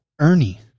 Ernie